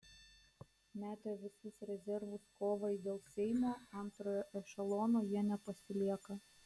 metę visus rezervus kovai dėl seimo antrojo ešelono jie nepasilieka